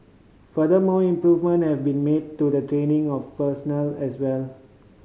further more improvement have been made to the training of personnel as well